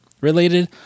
related